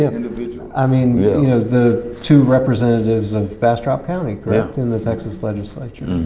individual. i mean, you know the two representatives of bastrop county, correct? in the texas legislature.